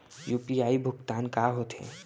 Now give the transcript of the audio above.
UPI भुगतान का होथे?